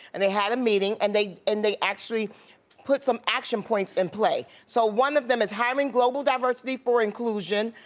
and they had a meeting, and and they actually put some action points in play. so one of them is hiring global diversity for inclusion,